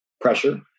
pressure